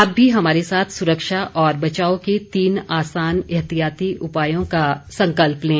आप भी हमारे साथ सुरक्षा और बचाव के तीन आसान एहतियाती उपायों का संकल्प लें